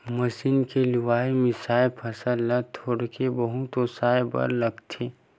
machine के लुवाए, मिंजाए फसल ल थोके बहुत ओसाए बर लागथे